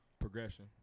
Progression